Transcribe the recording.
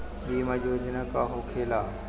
बीमा योजना का होखे ला?